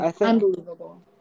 unbelievable